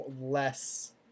less